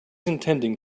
intending